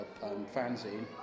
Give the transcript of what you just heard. fanzine